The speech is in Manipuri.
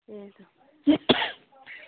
ꯑꯦ